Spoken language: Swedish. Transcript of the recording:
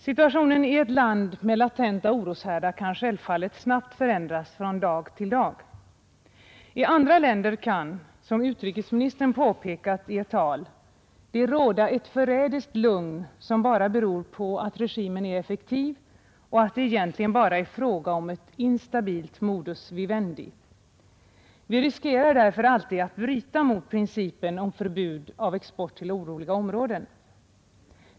Situationen i ett land med latenta oroshärdar kan självfallet snabbt förändras från dag till dag. I andra länder kan, som utrikesministern påpekat i ett tal, det råda ett förrädiskt lugn, som bara beror på att regimen är effektiv och att det egentligen bara är fråga om ett instabilt modus vivendi. Vi riskerar därför alltid att bryta mot principen om förbud mot export till oroliga områden.